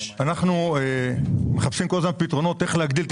אנחנו כל הזמן מחפשים פתרונות איך להגדיל את